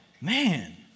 man